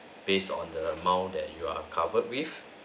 based on the amount that you are covered with